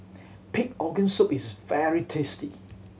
pig organ soup is very tasty